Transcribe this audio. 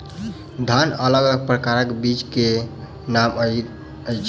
धान अलग अलग प्रकारक बीज केँ की नाम अछि?